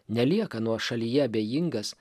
nelieka nuošalyje abejingas